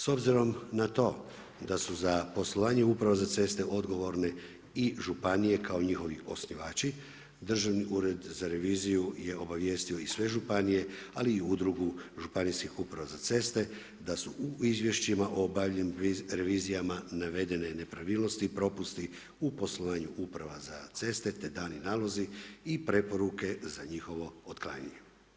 S obzirom na to da su za poslovanje Uprava za ceste odgovorne i županije kao njihovi osnivački Državni ured za reviziju je obavijestio i sve županije, ali i Udrugu županijskih uprava za ceste da su u izvješćima o obavljenim revizijama navedene nepravilnosti i propusti u poslovanju Uprava za ceste, te dani nalozi i preporuke za njihovo otklanjanje.